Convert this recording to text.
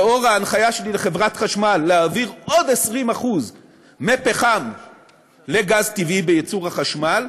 לאור ההנחיה של חברת חשמל להעביר עוד 20% מפחם לגז טבעי בייצור החשמל,